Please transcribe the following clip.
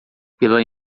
pela